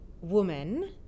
woman